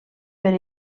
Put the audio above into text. per